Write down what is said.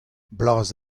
blaz